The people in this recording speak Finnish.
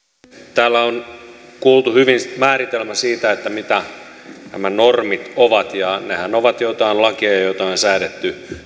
täällä on kuultu määritelmä siitä mitä nämä normit ovat ja nehän ovat joitain lakeja joita on säädetty